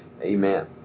Amen